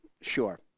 sure